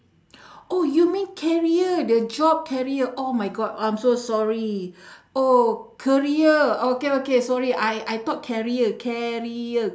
oh you mean career the job career oh my god I'm so sorry oh career okay okay sorry I I thought carrier carrier